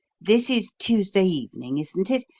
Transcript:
this is tuesday evening, isn't it?